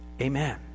Amen